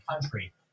country